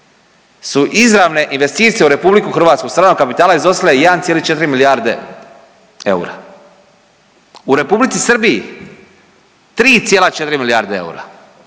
su izravne investicije u RH stranog kapitala izostale 1,4 milijarde eura. U Republici Srbiji 3,4 milijarde eura